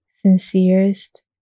sincerest